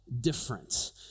different